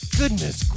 goodness